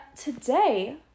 today